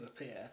appear